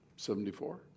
Seventy-four